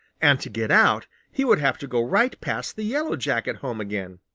and to get out he would have to go right past the yellow jacket home again.